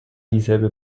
dieselbe